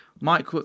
Mike